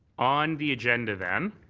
on the agenda, then,